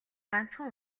ганцхан